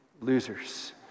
losers